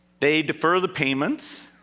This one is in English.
they defer the payments.